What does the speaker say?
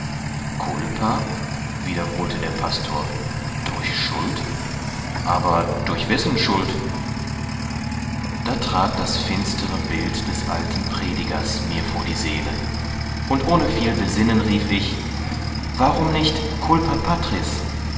culpa wiederholte der pastor durch schuld aber durch wessen schuld da trat das finstere bild des alten predigers mir vor die seele und ohne viel besinnen rief ich warum nicht culpa patris